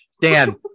Dan